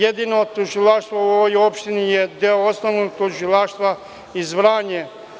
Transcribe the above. Jedino tužilaštvo u ovoj opštini je deo Osnovnog tužilaštva iz Vranja.